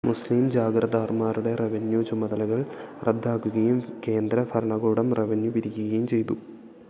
മുസ്ലിം ജാഗിർദാർമാരുടെ റവന്യൂ ചുമതലകൾ റദ്ദാക്കുകയും കേന്ദ്രഭരണകൂടം റവന്യൂ പിരിക്കുകയും ചെയ്തു